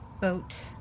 boat